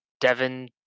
Devin